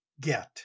get